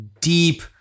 deep